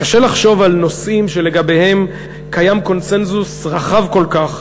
קשה לחשוב על נושאים שלגביהם קיים קונסנזוס רחב כל כך,